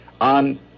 on